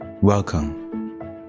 Welcome